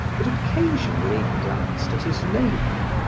but occasionally glanced at his neighbor.